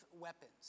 weapons